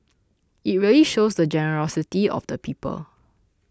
it really shows the generosity of the people